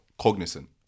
cognizant